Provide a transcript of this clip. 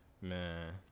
Man